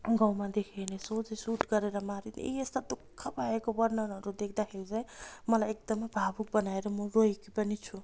गाउँमा देखे भने सोझै सुट गरेर मारिने यी यस्ता दुःख पाएको वर्णनहरू देख्दाखेरि चाहिँ मलाई एकदम भावुक बनाएर म रोएकी पनि छु